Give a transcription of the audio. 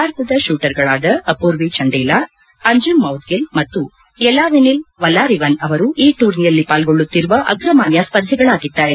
ಭಾರತದ ಶೂಟರ್ಗಳಾದ ಅಪೂರ್ವಿ ಚಂಡೇಲಾ ಅಂಜುಮ್ ಮೌದ್ಗಿಲ್ ಮತ್ತು ಯಲಾವೆನಿಲ್ ವಲಾರಿವನ್ ಅವರು ಈ ಟೂರ್ನಿಯಲ್ಲಿ ಪಾಲ್ಗೊಳ್ಳುತ್ತಿರುವ ಅಗ್ರಮಾನ್ಯ ಸ್ಪರ್ಧಿಗಳಾಗಿದ್ದಾರೆ